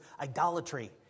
idolatry